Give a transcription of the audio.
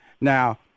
Now